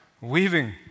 weaving